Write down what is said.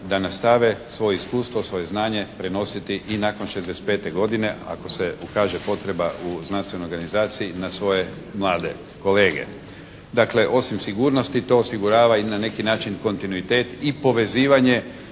da nastave svoje iskustvo, svoje znanje prenositi i nakon 65 godine ako se ukaže potreba u znanstvenoj organizaciji na svoje mlade kolege. Dakle osim sigurnosti to osigurava i na neki način kontinuitet i povezivanje